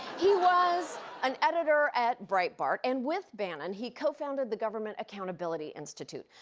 he was an editor at breitbart, and with bannon, he co-founded the government accountability institute.